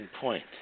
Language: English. point